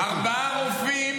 אין דוגמה אישית.